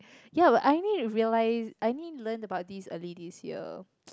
ya I only realise I only learn about these early this year